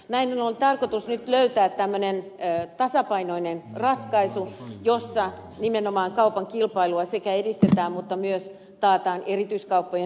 näin on ollut tarkoitus nyt löytää tämmöinen tasapainoinen ratkaisu jossa nimenomaan kaupan kilpailua sekä edistetään mutta myös taataan erityiskauppojen tilanne